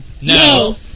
No